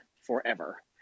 forever